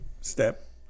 step